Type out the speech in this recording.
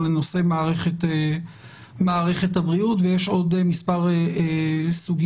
לנושא מערכת הבריאות ויש עוד מספר סוגיות